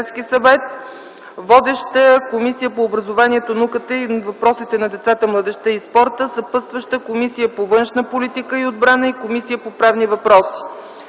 Водеща е Комисията по образованието, науката и въпросите на децата, младежта и спорта. Съпътстващи са Комисията по външна политика и отбрана и Комисията по правни въпроси.